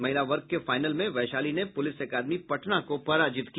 महिला वर्ग के फाइनल में वैशाली ने पुलिस अकादमी पटना को पराजित किया